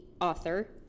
author